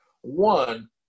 one